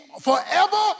forever